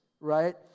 Right